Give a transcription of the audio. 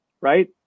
right